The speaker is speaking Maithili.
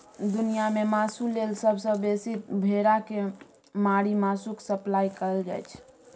दुनियाँ मे मासु लेल सबसँ बेसी भेड़ा केँ मारि मासुक सप्लाई कएल जाइ छै